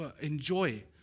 enjoy